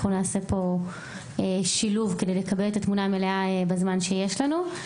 אנחנו נעשה פה שילוב כדי לקבל את התמונה המלאה בזמן שיש לנו.